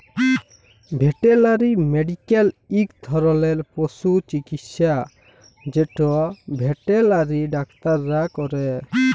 veterinary medical ইক ধরলের পশু চিকিচ্ছা যেট ভেটেলারি ডাক্তাররা ক্যরে